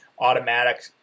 automatic